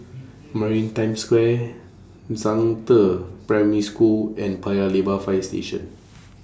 Maritime Square Zhangde Primary School and Paya Lebar Fire Station